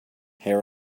hair